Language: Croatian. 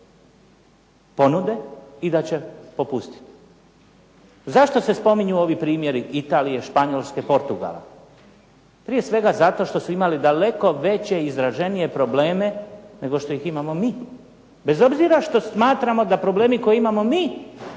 ponude i da će popustiti. Zašto se spominju ovi primjeri Italije, Španjolske, Portugala? Prije svega zato što su imali daleko veće i izraženije probleme nego što ih imamo mi bez obzira što smatramo da probleme koje imamo mi